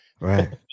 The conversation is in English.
Right